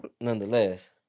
nonetheless